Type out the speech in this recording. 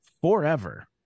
forever